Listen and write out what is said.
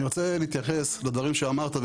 אני רוצה להתייחס לדברים שאמרת,